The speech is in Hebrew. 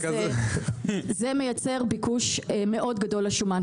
זה מייצר ביקוש מאוד גדול לשומן.